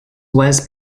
was